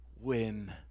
win